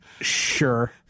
Sure